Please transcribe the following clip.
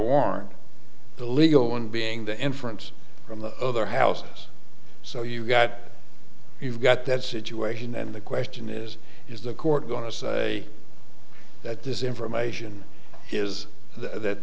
warrant the legal one being the inference from the other houses so you've got you've got that situation and the question is is the court going to say that this information is that